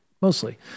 Mostly